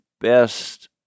best